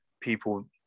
people